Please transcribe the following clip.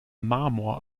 marmor